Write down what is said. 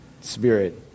spirit